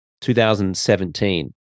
2017